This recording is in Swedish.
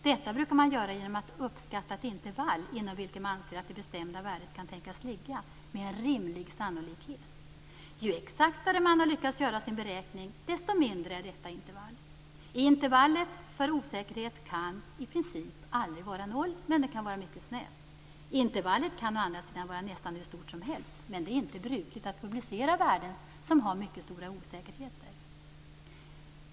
Detta brukar man göra genom att uppskatta ett intervall inom vilken man anser att det bestämda värdet kan tänkas ligga med en rimlig sannolikhet. Ju exaktare man har lyckats göra sin beräkning, desto mindre är detta intervall. Intervallet för osäkerhet kan i princip aldrig vara noll, men det kan vara mycket snävt. Intervallet kan å andra sidan vara nästan hur stort som helst, men det är inte brukligt att publicera värden med stor osäkerhet.